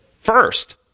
first